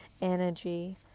energy